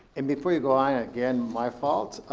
and before you go on again, my fault,